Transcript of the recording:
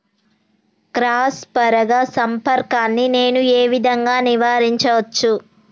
Cross పరాగ సంపర్కాన్ని నేను ఏ విధంగా నివారించచ్చు?